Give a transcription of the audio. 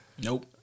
Nope